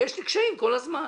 יש לי קשיים כל הזמן.